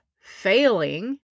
failing